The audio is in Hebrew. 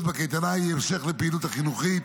בקייטנה היא המשך לפעילות החינוכית